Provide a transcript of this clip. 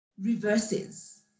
reverses